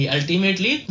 Ultimately